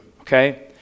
Okay